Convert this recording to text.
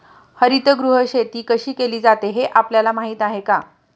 हरितगृह शेती कशी केली जाते हे आपल्याला माहीत आहे का?